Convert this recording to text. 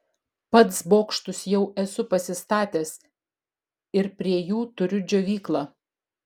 pats bokštus jau esu pasistatęs ir prie jų turiu džiovyklą